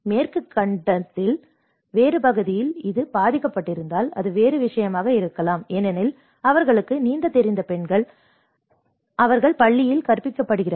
மேற்கு கண்டத்தின் வேறு பகுதியில் இது பாதிக்கப்பட்டிருந்தால் அது வேறு விஷயமாக இருக்கலாம் ஏனெனில் அவர்களுக்கு நீந்தத் தெரிந்த பெண்கள் அவர்கள் பள்ளியில் கற்பிக்கப்படுகிறார்கள்